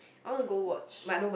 I want to go watch